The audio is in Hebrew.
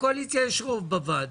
לקואליציה יש רוב בוועדה,